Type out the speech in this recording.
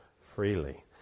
freely